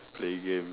play game